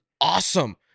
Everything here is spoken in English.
awesome